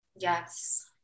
Yes